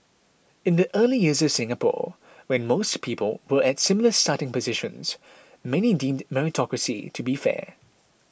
in the early years of Singapore when most people were at similar starting positions many deemed meritocracy to be fair